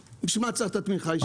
בשביל מה צריך את התמיכה הישירה.